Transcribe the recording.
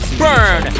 burn